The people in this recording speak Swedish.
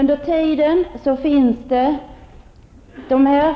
Under tiden kommer